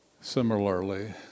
Similarly